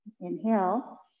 Inhale